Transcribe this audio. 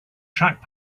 track